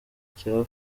cya